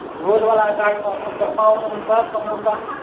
झोल वाला चाट पान पाउनु हुन्छ समोसा